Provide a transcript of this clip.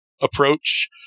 approach